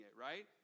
right